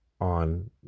on